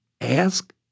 ask